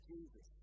Jesus